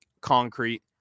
concrete